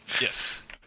Yes